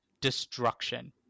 Destruction